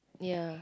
ya